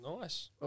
Nice